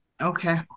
Okay